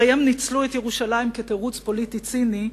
הרי הם ניצלו את ירושלים כתירוץ פוליטי ציני,